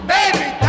Baby